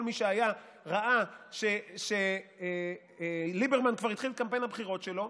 כל מי שהיה ראה שליברמן כבר התחיל את קמפיין הבחירות שלו.